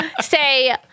Say